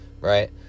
right